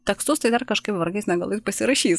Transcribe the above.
tekstus tai dar kažkaip vargais negalais pasirašys